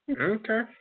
Okay